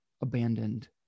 abandoned